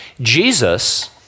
Jesus